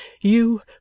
You